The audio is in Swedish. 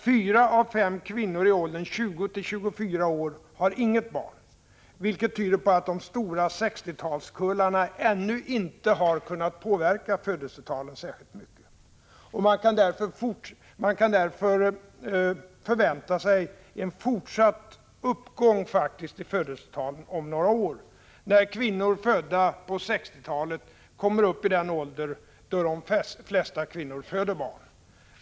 Fyra av fem kvinnor i åldern 20-24 år har inget barn, vilket tyder på att de stora 60-talskullarna ännu inte har kunnat påverka födelsetalen särskilt mycket. Man kan därför faktiskt förvänta sig en fortsatt uppgång i födelsetalen om några år, när kvinnor födda på 60-talet kommer upp i den ålder då de flesta kvinnor föder barn.